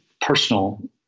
personal